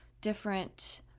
different